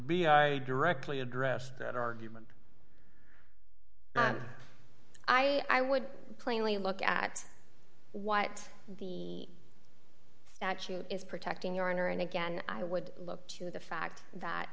b i directly address that argument i i would plainly look at what the statute is protecting your honor and again i would look to the fact that